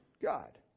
God